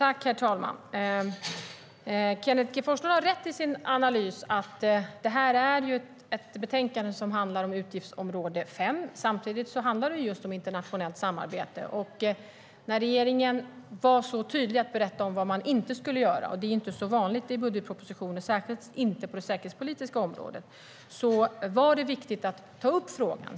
Herr talman! Kenneth G Forslund har rätt i sin analys. Det här är ett betänkande som handlar om utgiftsområde 5. Samtidigt handlar det just om internationellt samarbete. När regeringen var så tydlig med att berätta vad man inte skulle göra - det är inte så vanligt i budgetpropositioner, särskilt inte på det säkerhetspolitiska området - var det viktigt att ta upp frågan.